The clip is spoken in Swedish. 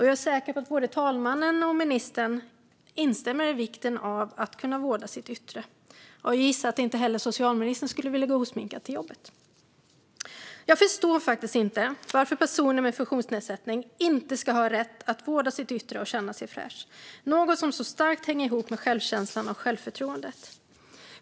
Jag är säker på att både talmannen och ministern instämmer när det gäller vikten av att kunna vårda sitt yttre. Jag gissar att inte heller socialministern skulle vilja gå osminkad till jobbet. Jag förstår faktiskt inte varför personer med funktionsnedsättning inte ska ha rätt att vårda sitt yttre och känna sig fräscha, vilket är något som så starkt hänger ihop med självkänslan och självförtroendet.